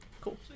cool